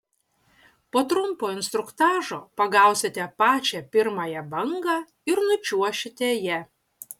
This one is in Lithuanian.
po trumpo instruktažo pagausite pačią pirmąją bangą ir nučiuošite ja